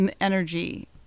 energy